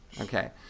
Okay